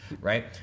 right